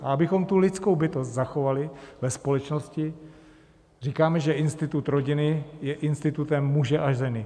A abychom tu lidskou bytost zachovali ve společnosti, říkáme, že institut rodiny je institutem muže a ženy.